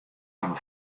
hawwe